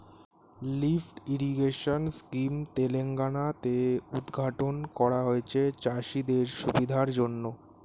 lift irrigation scheme Telangana তে উদ্ঘাটন করা হয়েছে চাষিদের সুবিধার জন্যে